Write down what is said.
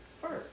first